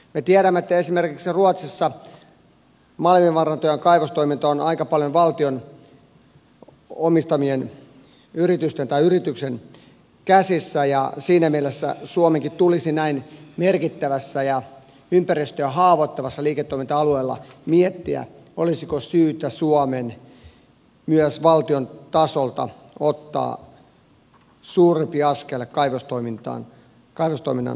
me tiedämme että esimerkiksi ruotsissa malmivaranto ja kaivostoiminta on aika paljon valtion omistaman yrityksen käsissä ja siinä mielessä suomenkin tulisi näin merkittävällä ja ympäristöä haavoittavalla liiketoiminta alueella miettiä olisiko syytä suomen myös valtion tasolta ottaa suurempi askel kaivostoimintaan kaivostoiminnan suuntaan